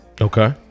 Okay